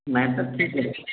matter ଠିକ୍ ହେବ